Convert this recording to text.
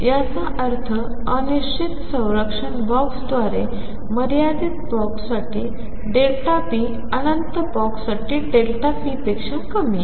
याचा अर्थ अनिश्चित संरक्षण बॉक्सद्वारे मर्यादित बॉक्ससाठी p अनंत बॉक्ससाठी p पेक्षा कमी आहे